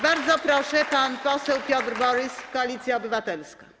Bardzo proszę, pan poseł Piotr Borys, Koalicja Obywatelska.